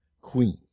queen